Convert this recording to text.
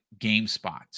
GameSpot